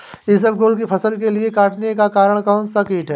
इसबगोल की फसल के कटने का कारण कौनसा कीट है?